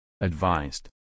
advised